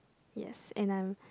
yes and I'm